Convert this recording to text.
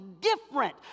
different